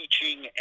teaching